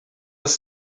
was